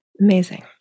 Amazing